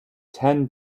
ten